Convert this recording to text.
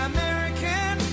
American